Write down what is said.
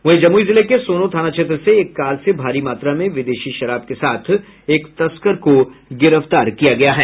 वहीं जमुई जिले के सोनो थाना क्षेत्र से एक कार से भारी मात्रा में विदेशी शराब के साथ एक तस्कर को गिरफ्तार किया है